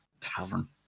tavern